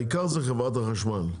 העיקר זה חברת החשמל,